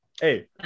Hey